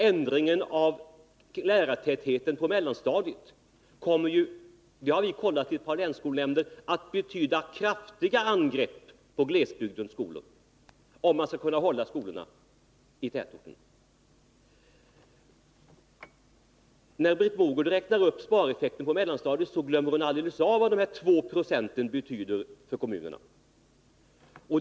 Ändringen av lärartätheten på mellanstadiet kommer enligt vad vi har kollat i ett par länsskolnämnder att betyda kraftiga angrepp på glesbygdens skolor. Nr 46 När Britt Mogård räknar upp spareffekten beträffande mellanstadiet glömmer hon alldeles bort vad de 2 procenten betyder för kommunerna.